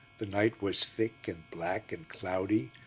the night was thick and black and cloudy,